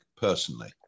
personally